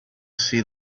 see